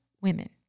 women